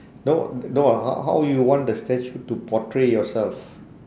no n~ no h~ how you want the statue to portray yourself